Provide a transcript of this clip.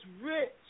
rich